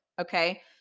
Okay